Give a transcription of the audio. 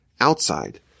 outside